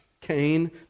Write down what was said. Cain